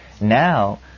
Now